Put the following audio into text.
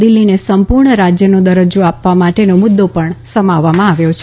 દિલ્હીને સંપૂર્ણ રાજયનો દરજ્જો આપવા માટેનો મુદ્દો પણ સમાવ્યો છે